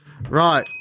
Right